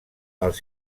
els